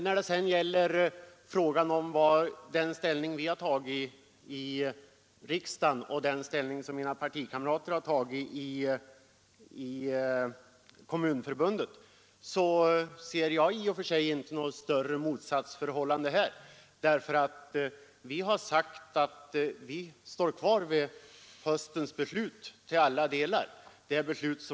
När det sedan gäller frågan om den ställning vi har tagit i riksdagen och den ställning som våra partikamrater har tagit i Kommunförbundet ser jag i och för sig inte något större motsatsförhållande. Vi har sagt att vi står kvar vid höstens riksdagsbeslut till alla delar.